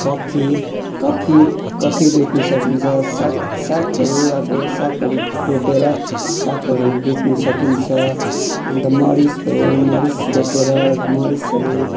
coffee coffee coffee बेच्नु सकिन्छ साग सागहरू अब सागहरू रोपेर सागहरू बेच्नु सकिन्छ अन्त मरीच भयो मरीच रोपेर मरीचहरू